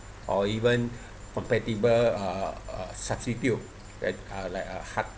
or even compatible uh substitute like a like a heart